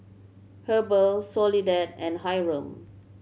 Heber Soledad and Hyrum